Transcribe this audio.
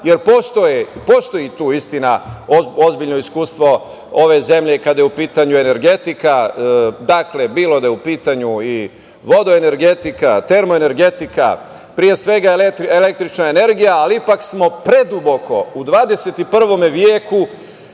Postoji tu, istina, ozbiljno iskustvo ove zemlje kada je u pitanju energetika, bilo da je u pitanju vodoenergetika, termoenergetika, pre svega električna energija, ali ipak smo preduboko u 21. veku